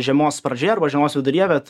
žiemos pradžioje arba žiemos viduryje bet